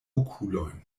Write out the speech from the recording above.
okulojn